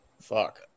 fuck